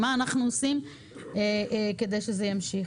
מה אנחנו עושים כדי שזה ימשיך?